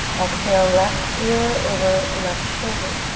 exhale, left ear over left shoulder.